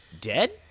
dead